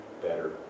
better